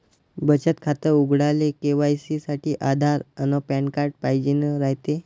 बचत खातं उघडाले के.वाय.सी साठी आधार अन पॅन कार्ड पाइजेन रायते